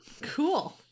Cool